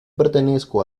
pertenezco